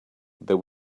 there